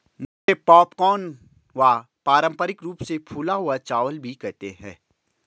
मुरमुरे पॉपकॉर्न व पारम्परिक रूप से फूला हुआ चावल भी कहते है